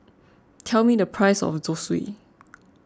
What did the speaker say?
tell me the price of Zosui